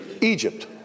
Egypt